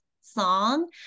song